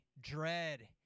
dread